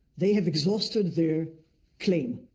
they have exhausted their claim.